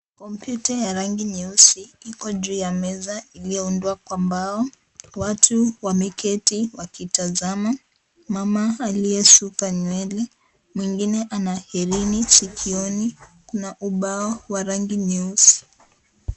Kompyuta ya rangi nyeusi, iko juu ya meza iliyoundwa kwa mbao. Watu wameketi wakitazama. Mama aliyesuka nywele mwengine ana helini sikioni. Kuna ubao wa rangi nyeusi.